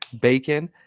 bacon